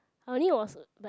I only was like